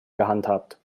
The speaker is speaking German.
gehandhabt